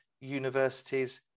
universities